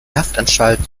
haftanstalt